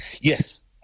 Yes